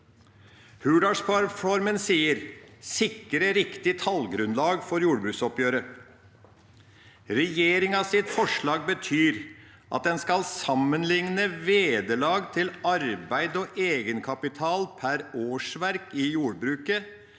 Hurdalsplattformen står det: «Sikre riktig talgrunnlag for jordbruksoppgjeret (…).» Regjeringens forslag betyr at en skal sammenligne vederlag til arbeid og egenkapital per årsverk i jordbruket